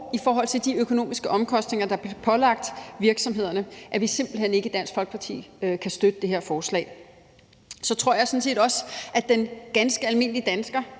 i forhold til de økonomiske omkostninger, der bliver pålagt virksomhederne, at vi simpelt hen ikke i Dansk Folkeparti kan støtte det her forslag. Så tror jeg sådan set også, at den ganske almindelige dansker